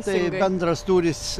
tai bendras tūris